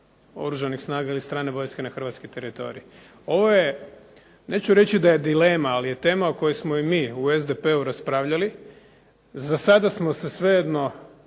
Ovo je, neću reći da je dilema, ali je tema o kojoj smo i mi u SDP-u raspravljali. Za sada smo se svejedno,